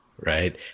right